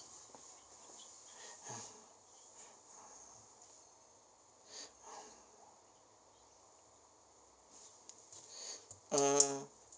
mm